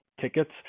Tickets